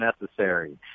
necessary